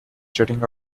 jetting